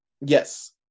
yes